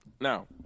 Now